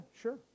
sure